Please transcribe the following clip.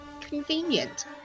convenient